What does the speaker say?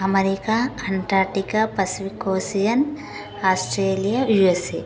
America Antarctica pacific ocean Australia USA